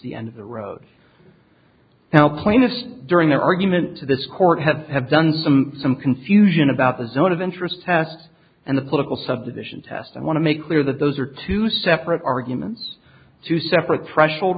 the end of the road now plainness during their argument to this court had have done some some confusion about the zone of interest test and the political subdivision test i want to make clear that those are two separate arguments two separate threshold